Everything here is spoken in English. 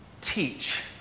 teach